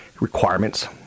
Requirements